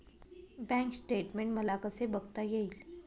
Bank statement मला कसे बघता येईल?